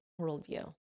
worldview